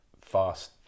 fast